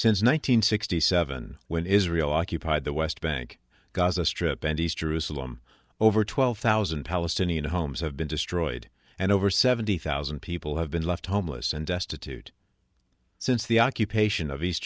hundred sixty seven when israel occupied the west bank gaza strip and east jerusalem over twelve thousand palestinian homes have been destroyed and over seventy thousand people have been left homeless and destitute since the occupation of east